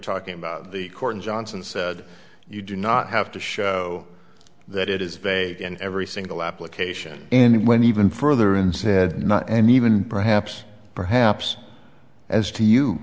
talking about the court johnson said you do not have to show that it is vague in every single application and when even further and said not and even perhaps perhaps as to you